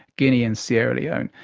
guinea and sierra leone.